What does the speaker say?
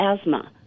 asthma